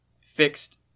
fixed